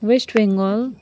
West Bengal